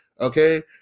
okay